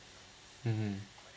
mmhmm